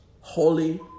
holy